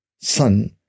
son